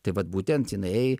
tai vat būtent jinai